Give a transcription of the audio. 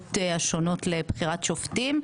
לוועדות השונות לבחירת שופטים.